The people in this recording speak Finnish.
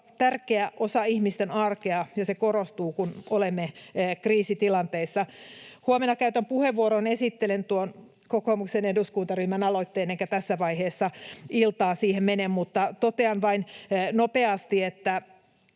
tärkeä osa ihmisten arkea, ja se korostuu, kun olemme kriisitilanteissa. Huomenna käytän puheenvuoron, esittelen tuon kokoomuksen eduskuntaryhmän aloitteen enkä tässä vaiheessa iltaa siihen mene, mutta totean vain nopeasti, että